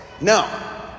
No